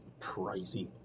pricey